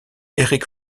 eric